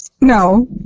No